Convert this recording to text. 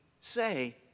say